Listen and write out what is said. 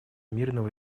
мирного